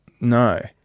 No